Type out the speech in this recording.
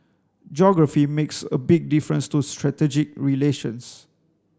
geography makes a big difference to strategic relations